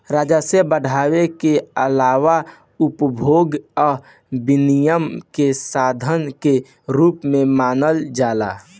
राजस्व बढ़ावे के आलावा उपभोग आ विनियम के साधन के रूप में मानल जाला